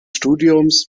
studiums